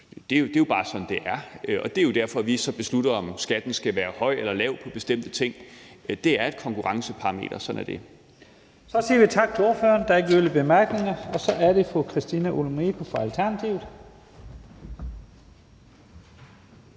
Det er bare sådan, det er, og det er jo derfor, vi så beslutter, om skatten skal være høj eller lav på bestemte ting. Det er et konkurrenceparameter. Sådan er det. Kl. 11:45 Første næstformand (Leif Lahn Jensen): Så siger vi tak til ordføreren. Der er ikke yderligere korte bemærkninger. Så er det fru Christina Olumeko fra Alternativet.